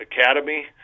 academy